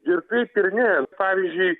ir taip ir ne pavyzdžiui